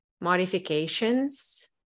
modifications